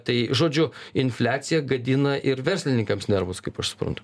tai žodžiu infliacija gadina ir verslininkams nervus kaip aš suprantu